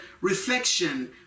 reflection